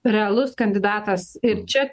realus kandidatas ir čia